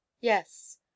Yes